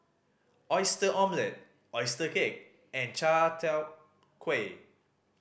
Oyster Omelette oyster cake and Chai Tow Kuay